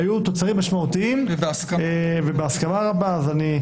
היו תוצרים משמעותיים ובהסכמה רבה.